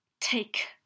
take